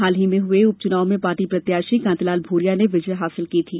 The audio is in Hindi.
हाल ही हुए उपचुनाव में पार्टी प्रत्याशी कांतिलाल भूरिया ने विजय हासिल की थी